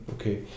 Okay